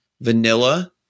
Vanilla